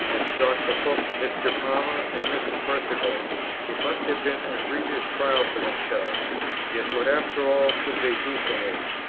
as dr. hook, mr. palmer, and mr. perceval it must have been a grievous trial for themselves yet what after all could they do for me?